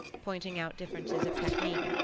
pointing out differences of technique,